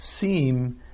seem